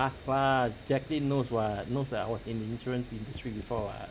azfar jacqueline knows what knows that I was in the insurance industry before what